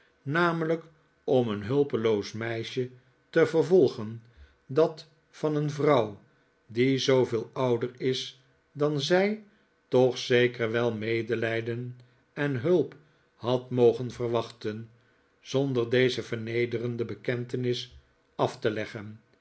namelijk om een hulpeloos meisje te vervolgen dat van een vrouw die zooveel ouder is dan zij toch zeker wel medelijden en hulp had mogen verwachten zonder deze vernederende bekentenis af te leggen